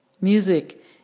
Music